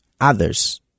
others